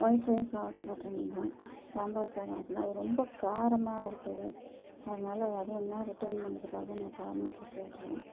white rice order போட்டுருந்தேன் சாம்பார் சாதம் அப்படிலாம் ரொம்ப காரமாக இருக்குது அதனால் அது வேண்ணா ரிட்டன் பண்ணுறதுக்காக நான் காரணத்தை சொல்லுறேன்